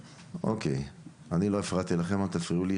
אוקי אני לא הפרעתי לכם אל תפריעו לי,